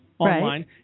Online